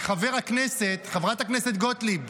חברת הכנסת גוטליב,